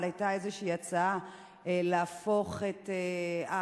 אבל היתה איזו הצעה להפוך את התשלום